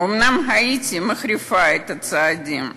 אומנם הייתי מחריפה את הצעדים.